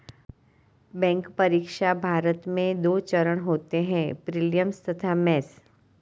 bank परीक्षा, भारत में दो चरण होते हैं प्रीलिम्स तथा मेंस